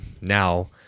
now